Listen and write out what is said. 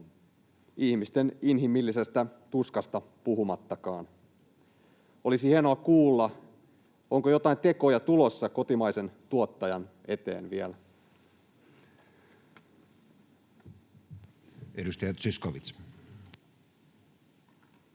ihmisten inhimillisestä tuskasta puhumattakaan. Olisi hienoa kuulla, onko joitain tekoja tulossa kotimaisen tuottajan eteen vielä.